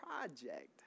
project